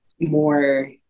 more